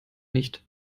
nicht